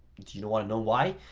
you you know wanna know why?